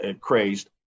crazed